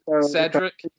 cedric